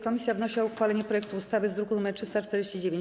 Komisja wnosi o uchwalenie projektu ustawy z druku nr 349.